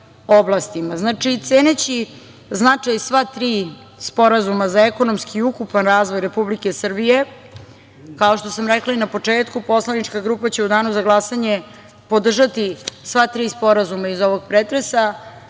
oblastima. Znači, ceneći značaj sva tri sporazuma za ekonomski i ukupan razvoj Republike Srbije, kao što sam rekla i na početku poslanička grupa će u danu za glasanje podržati sva tri sporazuma iz ovog pretresa,